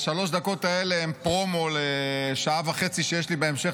שלוש הדקות האלה הן פרומו לשעה וחצי שיש לי בהמשך